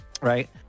right